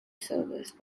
serviced